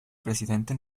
presidente